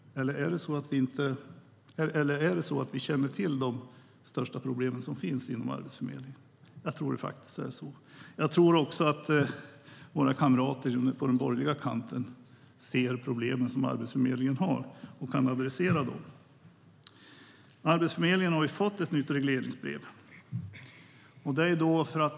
Eller är det så att vi redan känner till de största problemen inom Arbetsförmedlingen? Jag tror faktiskt att det är så. Jag tror också att våra kamrater på den borgerliga kanten ser problemen som Arbetsförmedlingen har och kan adressera dem. Arbetsförmedlingen har fått ett nytt regleringsbrev.